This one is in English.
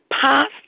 past